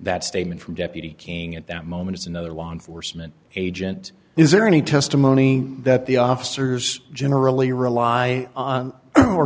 that statement from deputy king at that moment as another law enforcement agent is there any testimony that the officers generally rely on or